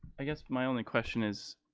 i guess my only question is,